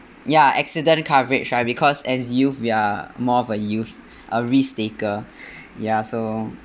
ya accident coverage right because as youth we are more of a youth a risk-taker ya so